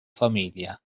familia